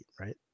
right